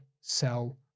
sell